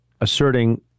asserting